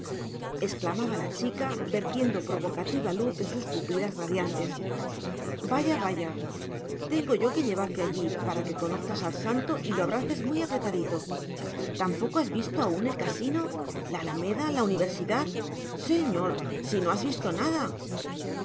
exclamaba la chica vertiendo provocativa luz de sus pupilas radiantes vaya vaya tengo yo que llevarte allí para que conozcas al santo y lo abraces muy apretadito tampoco has visto aún el casino la alameda la universidad señor si no has visto nada